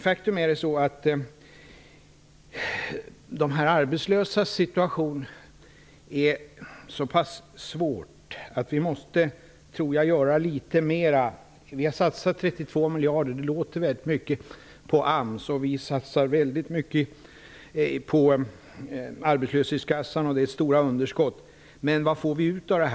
Faktum är att de arbetslösas situation är så pass svår att vi måste göra litet mera. Vi har satsat 32 miljarder på AMS -- det låter väldigt mycket -- och på arbetslöshetskassan. Det är stora underskott. Men vad får vi ut av det?